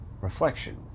reflection